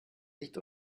nicht